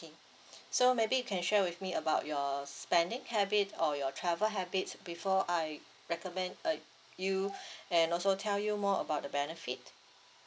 okay so maybe you can share with me about your spending habit or your travel habits before I recommend uh you and also tell you more about the benefit